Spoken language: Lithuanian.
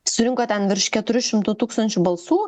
surinko ten virš keturių šimtų tūkstančių balsų